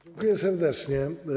Dziękuję serdecznie.